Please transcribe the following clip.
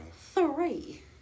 Three